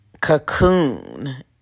cocoon